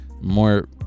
more